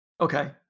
Okay